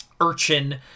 Urchin